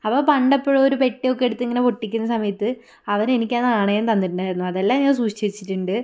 അപ്പം പണ്ടെപ്പോഴോ ഒരു പെട്ടി ഒക്കെ എടുത്ത് ഇങ്ങനെ പൊട്ടിക്കുന്ന സമയത്ത് അവർ എനിക്കാ നാണയം തന്നിട്ടുണ്ടായിരുന്നു അതെല്ലാം ഞാൻ സൂക്ഷിച്ച് വെച്ചിട്ടുണ്ട്